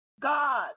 God